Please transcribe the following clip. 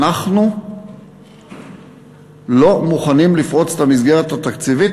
אנחנו לא מוכנים לפרוץ את המסגרת התקציבית,